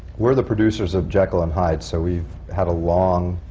we're the producers of jekyll and hyde, so we've had a long